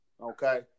Okay